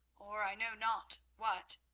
or i know not what,